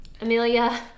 Amelia